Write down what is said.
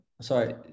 Sorry